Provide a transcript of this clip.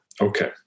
Okay